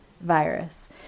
virus